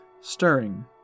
stirring